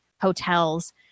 hotels